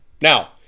Now